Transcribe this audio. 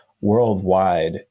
worldwide